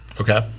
Okay